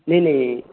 नेईं नेईं